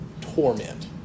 torment